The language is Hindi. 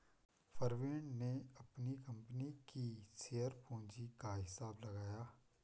प्रवीण ने अपनी कंपनी की शेयर पूंजी का हिसाब लगाया